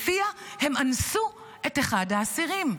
שלפיה הם אנסו את אחד האסירים.